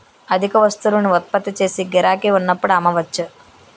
అధిక వస్తువులను ఉత్పత్తి చేసి గిరాకీ ఉన్నప్పుడు అమ్మవచ్చు